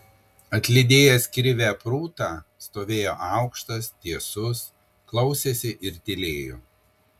atlydėjęs krivę prūtą stovėjo aukštas tiesus klausėsi ir tylėjo